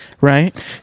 right